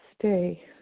stay